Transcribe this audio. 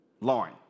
Lauren